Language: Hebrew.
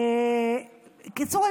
בקיצור,